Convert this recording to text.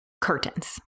Curtains